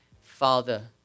Father